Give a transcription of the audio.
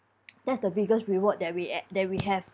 that's the biggest reward that we a~ that we have